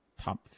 Top